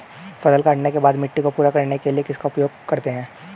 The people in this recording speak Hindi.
फसल काटने के बाद मिट्टी को पूरा करने के लिए किसका उपयोग करते हैं?